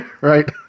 right